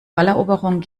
balleroberung